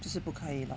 就是不可以 lor